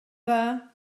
dda